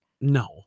no